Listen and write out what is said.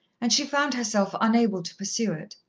and she found herself unable to pursue it.